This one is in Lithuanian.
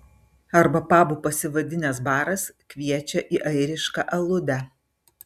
arba pabu pasivadinęs baras kviečia į airišką aludę